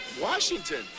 Washington